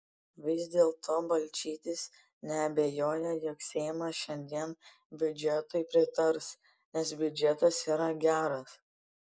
vis dėlto balčytis neabejoja jog seimas šiandien biudžetui pritars nes biudžetas yra geras